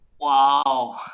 Wow